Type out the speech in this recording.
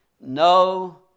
No